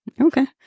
Okay